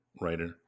writer